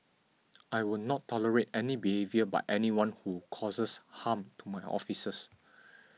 I will not tolerate any behaviour but anyone who causes harm to my officers